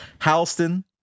Halston